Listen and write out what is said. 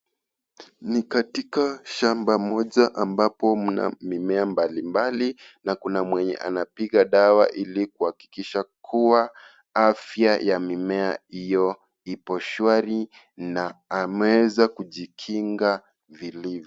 Ni katika shamba moja ambapo mna mimea mbali mbali na kuna mwenye anapiga dawa ili kuhakikisha kuwa afya ya mimea hiyo ipo shwari na ameweza kujikinga vilivyo.